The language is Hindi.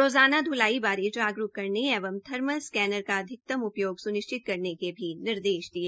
रोज़ाना ध्लाई बारे जागरूक करने एवं थर्मल स्कैनर का अधिकत उपयोग सुनिश्चित करने के भी निर्देश दिये